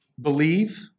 believe